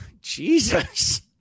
jesus